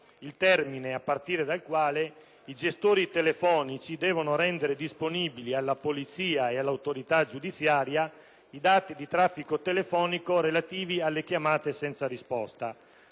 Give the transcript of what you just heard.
il termine a partire dal quale i gestori telefonici devono rendere disponibili alla polizia e all'autorità giudiziaria i dati di traffico telefonico relativi alle chiamate senza risposta.